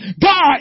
God